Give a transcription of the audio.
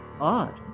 odd